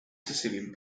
sicilian